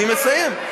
אני מסיים.